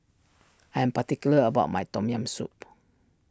I am particular about my Tom Yam Soup